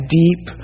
deep